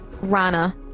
Rana